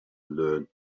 learned